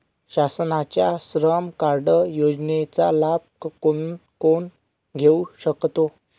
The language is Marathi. शासनाच्या श्रम कार्ड योजनेचा लाभ कोण कोण घेऊ शकतो?